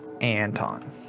Anton